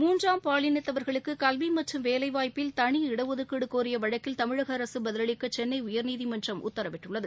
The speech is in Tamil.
மூன்றாம் பாலினத்தவர்களுக்கு கல்வி மற்றும் வேலைவாய்ப்பில் தனி இடஒதுக்கீடு கோரிய வழக்கில் தமிழக அரசு பதில் அளிக்க சென்னை உயர்நீதிமன்றம் உத்தரவிட்டுள்ளது